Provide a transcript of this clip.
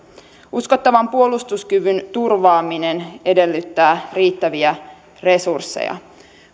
uskottavan puolustuskyvyn turvaaminen edellyttää riittäviä resursseja